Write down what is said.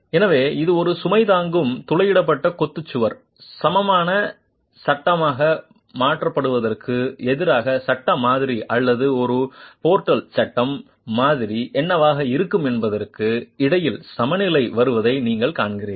எனவே இது ஒரு சுமை தாங்கும் துளையிடப்பட்ட கொத்து சுவர் சமமான சட்டமாக மாற்றப்படுவதற்கு எதிராக சட்ட மாதிரி அல்லது ஒரு போர்டல் சட்ட மாதிரி என்னவாக இருக்கும் என்பதற்கு இடையில் சமநிலை வருவதை நீங்கள் காண்கிறீர்கள்